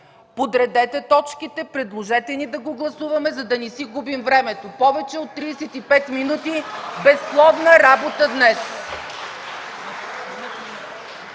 Подредете точките, предложете ни да ги гласуваме, за да не си губим времето – повече от 35 минути безплодна работа днес.